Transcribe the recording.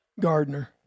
gardener